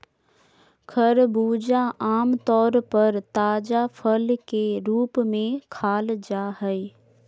खरबूजा आम तौर पर ताजा फल के रूप में खाल जा हइ